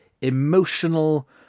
emotional